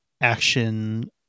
action